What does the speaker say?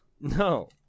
no